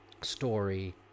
story